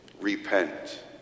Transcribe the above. repent